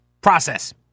process